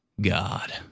God